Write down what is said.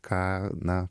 ką na